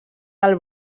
del